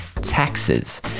taxes